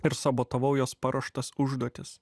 ir sabotavau jos paruoštas užduotis